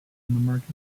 market